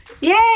yay